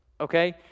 okay